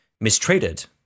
mistreated